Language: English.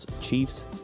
Chiefs